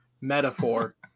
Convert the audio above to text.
metaphor